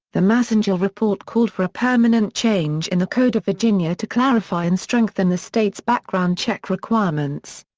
the massengill report called for a permanent change in the code of virginia to clarify and strengthen the state's background check requirements.